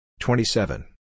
27